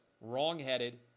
wrongheaded